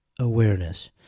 awareness